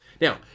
Now